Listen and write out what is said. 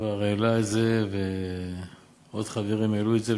כבר העלה את זה ועוד חברים העלו את זה.